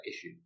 issue